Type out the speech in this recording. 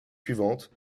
suivantes